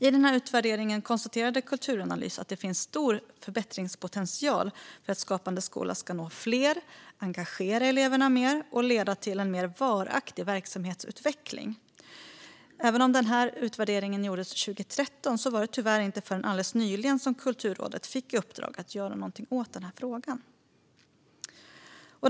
I sin utvärdering konstaterade Kulturanalys att det finns stor förbättringspotential för att Skapande skola ska nå fler, engagera eleverna mer och leda till en mer varaktig verksamhetsutveckling. Även om utvärderingen gjordes 2013 fick Kulturrådet tyvärr inte förrän alldeles nyligen i uppdrag att göra något åt frågan.